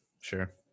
sure